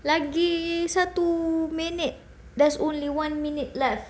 lagi satu minit there's only one minute left